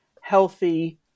healthy